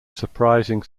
surprising